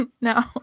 no